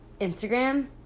Instagram